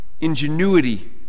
ingenuity